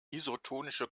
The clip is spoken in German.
isotonische